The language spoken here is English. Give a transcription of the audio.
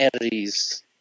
Aries